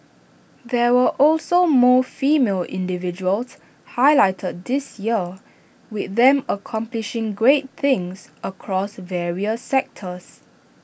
there were also more female individuals highlighted this year with them accomplishing great things across various sectors